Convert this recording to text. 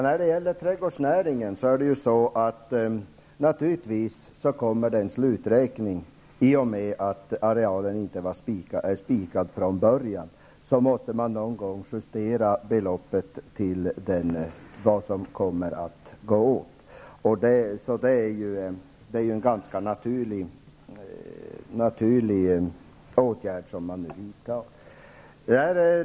Herr talman! Det kommer naturligtvis en sluträkning när det gäller trädgårdsnäringen. Eftersom arielen inte var spikad från början måste man någon gång justera beloppet efter vad som kommer att gå åt. Den åtgärd som man nu vidtar är därför ganska naturlig.